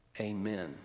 Amen